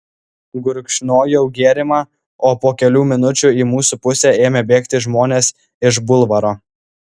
gurkšnojau gėrimą o po kelių minučių į mūsų pusę ėmė bėgti žmonės iš bulvaro